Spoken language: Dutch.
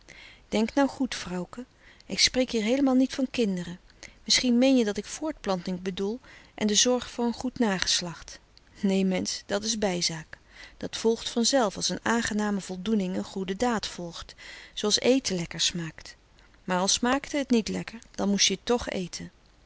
denk nou goed vrouwke ik spreek hier heelemaal niet van kinderen misschien meen je dat ik voortplanting bedoel en de zorg voor een goed nageslacht nee mensch dat s bijzaak dat volgt van zelf als een aangename voldoening een goede daad volgt zooals eten lekker smaakt maar al smaakte het niet lekker dan moest je toch eten